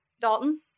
Dalton